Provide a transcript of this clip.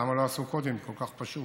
למה לא עשו קודם, אם זה כל כך פשוט?